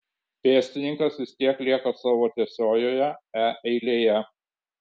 pėstininkas vis tiek lieka savo tiesiojoje e eilėje